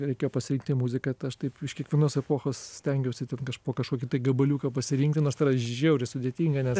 reikėjo pasirinkti muziką aš taip iš kiekvienos epochos stengiausi ten kažk po kažkokį tai gabaliuką pasirinkti nors tai yra žiauriai sudėtinga nes